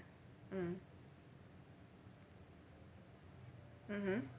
mm mmhmm